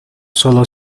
sólo